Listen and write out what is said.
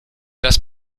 das